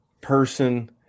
person